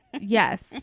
yes